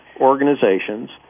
organizations